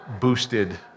boosted